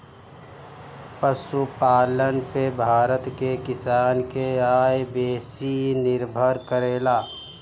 पशुपालन पे भारत के किसान के आय बेसी निर्भर करेला